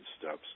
steps